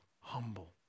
humble